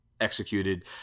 executed